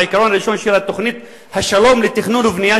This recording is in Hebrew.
העיקרון הראשון של תוכנית השלום לתכנון ובנייה